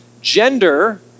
Gender